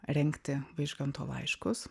rengti vaižganto laiškus